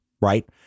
right